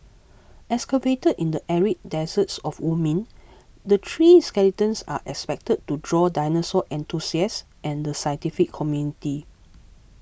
excavated in the arid deserts of Wyoming the three skeletons are expected to draw dinosaur enthusiasts and the scientific community